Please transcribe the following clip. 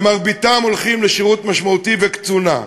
ומרביתם הולכים לשירות משמעותי וקצונה,